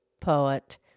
poet